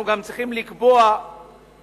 אנחנו גם צריכים לקבוע מעשים.